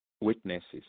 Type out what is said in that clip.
witnesses